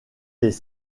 des